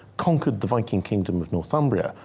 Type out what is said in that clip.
conquered the viking kingdom of northumbria.